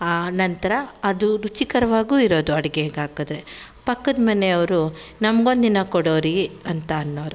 ಆ ನಂತರ ಅದು ರುಚಿಕರವಾಗೂ ಇರೋದು ಅಡುಗೇಗೆ ಹಾಕಿದ್ರೆ ಪಕ್ಕದ ಮನೆಯವರು ನಮ್ಗೊಂದು ದಿನ ಕೊಡಿರಿ ಅಂತ ಅನ್ನೋರು